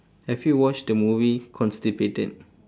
have you watched the movie constipated